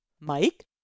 Mike